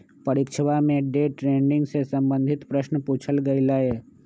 परीक्षवा में day trading से संबंधित प्रश्न पूछल गय लय